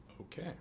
Okay